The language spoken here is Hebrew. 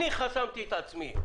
אני חסמתי את עצמי.